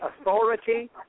authority